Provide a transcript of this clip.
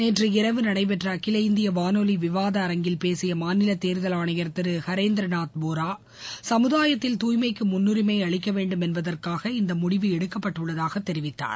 நேற்று இரவு நடைபெற்ற அகில இந்திய வானொலி விவாத அரங்கில் பேசிய மாநில தேர்தல் ஆணையர் திரு ஹரேந்திரநாத் போரா சமுதாயத்தில் தூய்மைக்கு முன்னுரிஸ் அளிக்க வேண்டும் என்பதற்காக இந்த முடிவு எடுக்கப்பட்டுள்ளதாக தெரிவித்தார்